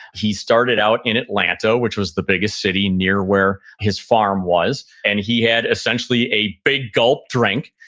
he started out in atlanta, which was the biggest city near where his farm was. and he had essentially a big gulp drink,